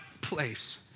place